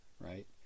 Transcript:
right